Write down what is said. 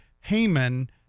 Haman